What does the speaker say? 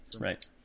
Right